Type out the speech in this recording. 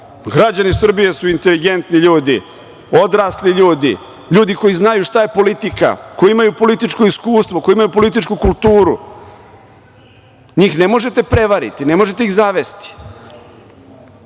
Građani Srbije su inteligentni ljudi, odrasli ljudi, ljudi koji znaju šta je politika, koji imaju političko iskustvo, koji imaju političku kulturu, njih ne možete prevariti, ne možete ih zavesti. Kada